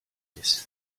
these